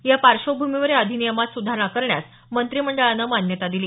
या पार्श्वभूमीवर या अधिनियमात सुधारणा करण्यास मंत्रीमंडळानं मान्यता दिली